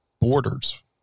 borders